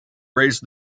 raised